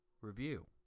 Review